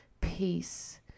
peace